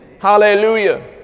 Hallelujah